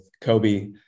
Kobe